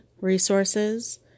resources